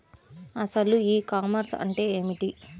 అసలు e commerce అంటే ఏమిటి?